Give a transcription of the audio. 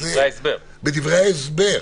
מדברי ההסבר.